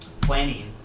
planning